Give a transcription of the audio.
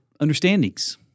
understandings